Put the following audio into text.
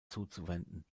zuzuwenden